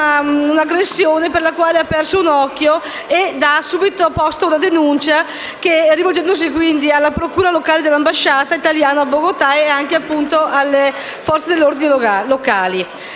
un'aggressione, per la quale ha perso un occhio ed aveva subito presentato una denuncia, rivolgendosi quindi alla procura locale dell'ambasciata italiana a Bogotà e anche alle Forze dell'ordine locali.